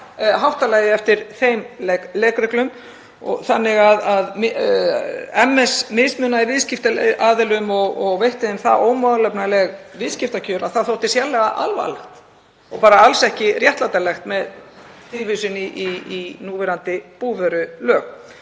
háttalagið eftir þeim leikreglum. Þannig að MS mismunaði viðskiptaaðilum og veitti þeim það ómálefnaleg viðskiptakjör að það þótti sérlega alvarlegt og alls ekki réttlætanlegt með tilvísun í núverandi búvörulög,